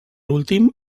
últim